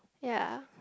ya